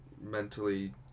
mentally